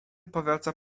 powraca